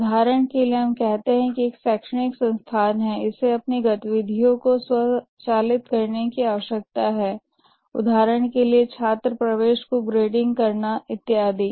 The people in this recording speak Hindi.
उदाहरण के लिए हम कहते हैं एक शैक्षणिक संस्थान हैं इसे अपनी गतिविधियों को स्वचालित करने की आवश्यकता है उदाहरण के लिए छात्र प्रवेश को ग्रेडिंग करना इत्यादि